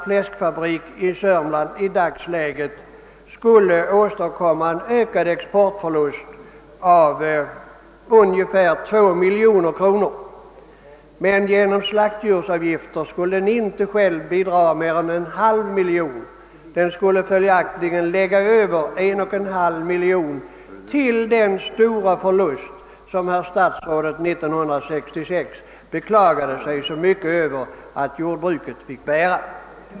Fläskfabriken i Sörmland åstadkommer nämligen i dagsläget en ökad exportförlust på ungefär två miljoner kronor, men genom slaktdjursavgifter bidrar den själv inte med mer än en halv miljon. Den lägger följaktligen över en och en halv miljon till den stora förlust som statsrådet 1966 beklagade sig över att jordbruket fick bära.